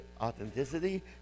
authenticity